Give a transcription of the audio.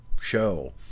show